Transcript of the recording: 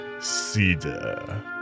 Cedar